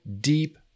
deep